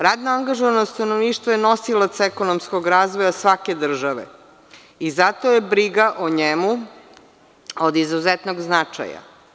Radno angažovano stanovništvo je nosilac ekonomskog razvoja svake države i zato je briga o njemu od izuzetnog značaja.